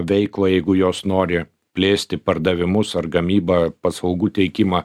veiklą jeigu jos nori plėsti pardavimus ar gamybą paslaugų teikimą